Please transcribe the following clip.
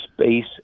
space